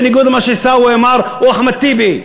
בניגוד למה שעיסאווי אמר, או אחמד טיבי,